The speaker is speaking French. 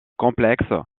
complexe